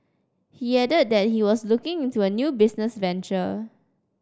he added that he was looking into a new business venture